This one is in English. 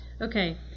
Okay